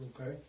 Okay